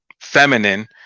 feminine